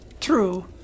true